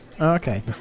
Okay